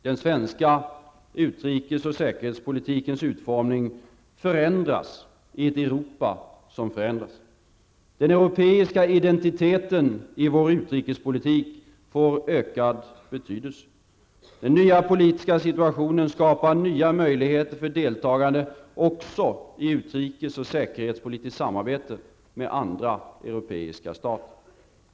Den svenska utrikes och säkerhetspolitikens utformning förändras i ett Europa som förändras. Den europeiska identiteten i vår utrikespolitik får ökad betydelse. Den nya politiska situationen skapar nya möjligheter för deltagande också i utrikes och säkerhetspolitiskt samarbete med andra europeiska stater.